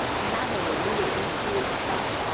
another legal issue is that